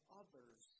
others